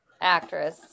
actress